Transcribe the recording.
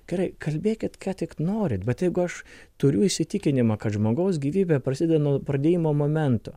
gerai kalbėkit ką tik norit bet jeigu aš turiu įsitikinimą kad žmogaus gyvybė prasideda nuo pradėjimo momento